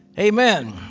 amen.